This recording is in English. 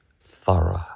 thorough